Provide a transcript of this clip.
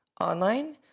online